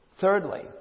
Thirdly